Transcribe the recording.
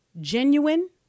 Genuine